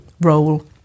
role